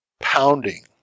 pounding